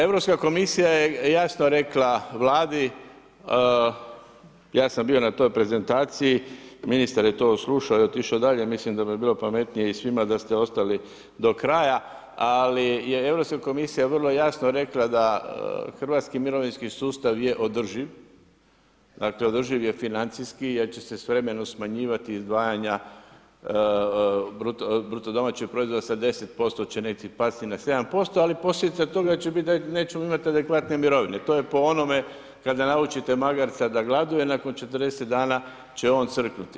Europska komisija je jasno rekla Vladi, ja sam bio na toj prezentaciji, ministar je to slušao i otišao dalje, mislim da mu je bilo pametnije i svima da ste ostali do kraja, ali je Europska komisija vrlo jasno rekla da Hrvatski mirovinski sustav je održiv, dakle održiv je financijski jer će se s vremenom smanjivati izdvajanja bruto domaćih proizvoda sa 10% će pasti na 7%, ali posljedica toga će biti da nećemo imati adekvatne mirovine, to je po onome kada naučite magarca da gladuje, nakon 40 dana će on crknuti.